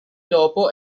dopo